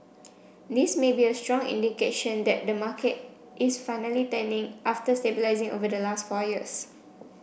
this may be a strong indication that the market is finally turning after stabilising over the last four years